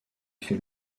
fait